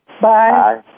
Bye